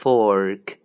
Fork